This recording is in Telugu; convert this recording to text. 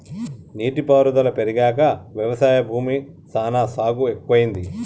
నీటి పారుదల పెరిగాక వ్యవసాయ భూమి సానా సాగు ఎక్కువైంది